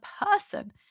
person